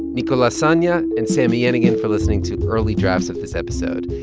nicola sonja and sami yenigun for listening to early drafts of this episode.